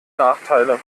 nachteile